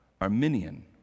Arminian